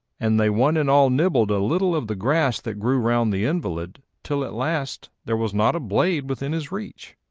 and they one and all nibbled a little of the grass that grew round the invalid till at last there was not a blade within his reach.